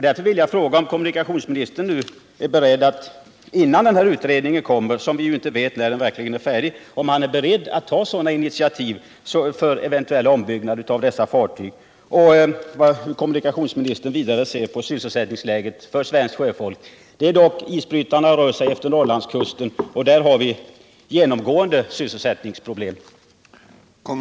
Därför vill jag fråga kommunikationsministern om han innan utredningen kommervi vet ju inte när den verkligen blir färdig — är beredd att ta initiativ för en eventuell ombyggnad av dessa fartyg och vidare hur kommunikationsministern ser på sysselsättningsläget för svenskt sjöfolk. Isbrytarna rör sig dessutom efter Norrlandskusten, och där har vi genomgående sysselsättningsproblem.